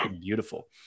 beautiful